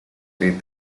with